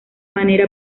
manera